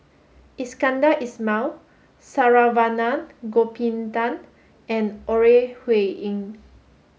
Iskandar Ismail Saravanan Gopinathan and Ore Huiying